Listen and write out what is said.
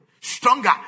stronger